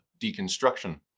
deconstruction